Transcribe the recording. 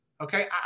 Okay